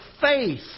faith